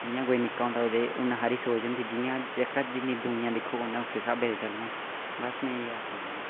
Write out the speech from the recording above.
जि'यां कोई निक्का होंदाओह्दी उ'न्नी हारी सोच होंदी जियां जगत दुनिया दिक्खग उ'न्नै उस्सै स्हाबै दे चलना बस में इ'यै आखना चाह्न्नां